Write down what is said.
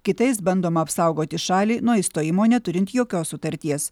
kitais bandoma apsaugoti šalį nuo išstojimo neturint jokios sutarties